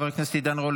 חבר הכנסת עידן רול,